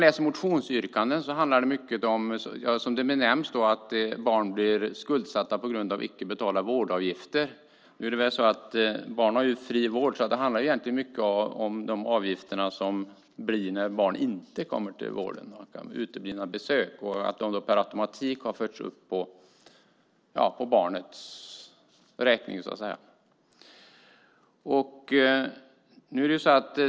I motionsyrkanden talas det mycket om att barn blir skuldsatta på grund av obetalda vårdavgifter. Nu har ju barn fri vård, så det handlar i mycket om avgifter för uteblivna besök som per automatik har förts upp på barnets räkning.